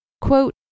Quote